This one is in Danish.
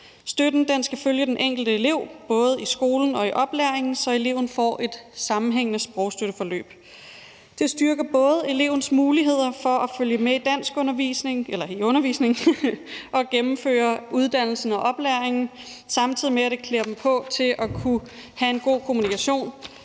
Støtten skal følge den enkelte elev både i skolen og i oplæringen, så eleven får et sammenhængende sprogstøtteforløb. Det styrker både elevens muligheder for at følge med i undervisningen og gennemføre uddannelsen og oplæringen, samtidig med at det klæder dem på til at kunne have en god kommunikation